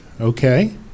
okay